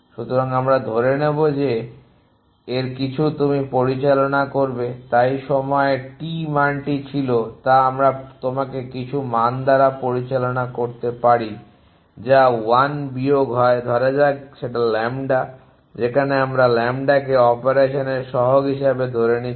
সুতরাং আমরা ধরে নেব যে এর কিছু তুমি পরিচালনা করবে তাই সময় T মানটি ছিল তা আমরা তোমাকে কিছু মান দ্বারা পরিচালনা করতে পারি যা 1 বিয়োগ হয় ধরা যাক সেটা ল্যাম্বডা যেখানে আমরা ল্যাম্বডাকে অপারেশনের সহগ হিসাবে ধরে নিচ্ছি